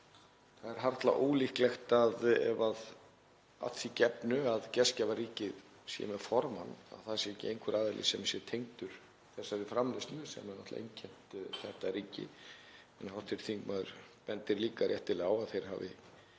Það er harla ólíklegt, að því gefnu að gestgjafaríkið sé með formann, að það sé ekki einhver aðili sem sé tengdur þessari framleiðslu sem hefur náttúrlega einkennt þetta ríki. En hv. þingmaður bendir líka réttilega á að þeir hafi